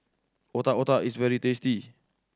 Otak Otak is very tasty